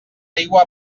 aigua